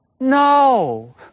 No